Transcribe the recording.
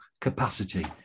capacity